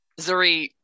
Zuri